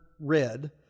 red